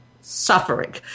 Suffering